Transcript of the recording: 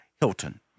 Hilton